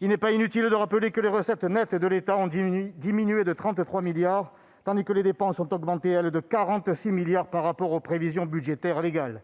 Il n'est pas inutile de rappeler que les recettes nettes de l'État ont diminué de 33 milliards d'euros, tandis que les dépenses ont augmenté de 46 milliards d'euros par rapport aux prévisions budgétaires légales.